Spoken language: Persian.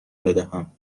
بدهم